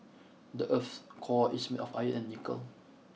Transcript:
the earth's core is made of iron and nickel